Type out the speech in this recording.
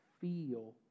feel